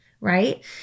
Right